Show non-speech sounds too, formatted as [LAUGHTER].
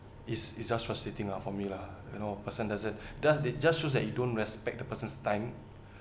it's it's just for sitting ah for me lah you know person doesn't [BREATH] does it just shows that you don't respect the person's time